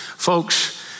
Folks